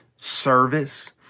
service